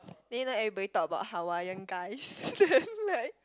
then you know everybody talk about Hawaiian guys then like